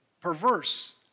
perverse